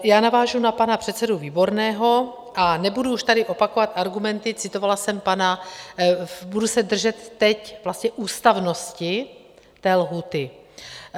Já navážu na pana předsedu Výborného a nebudu už tady opakovat argumenty, citovala jsem pana... budu se držet teď vlastně ústavnosti té lhůty.